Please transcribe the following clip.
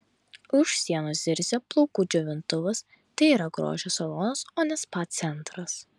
už sienos zirzia plaukų džiovintuvas tai yra grožio salonas o ne spa centras